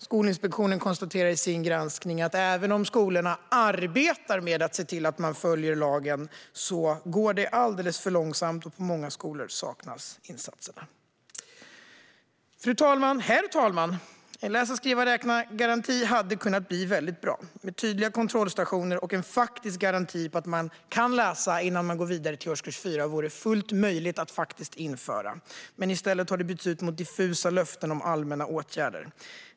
Skolinspektionen konstaterar i sin granskning att även om skolorna arbetar med att se till att de följer lagen går det alldeles för långsamt, och på många skolor saknas insatserna. Herr talman! En läsa-skriva-räkna-garanti hade kunnat bli väldigt bra med tydliga kontrollstationer och en faktisk garanti om att man kan läsa innan man går vidare till årskurs 4. Det vore fullt möjligt att införa det, men det har i stället bytts ut mot diffusa löften om allmänna åtgärder.